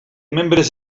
membres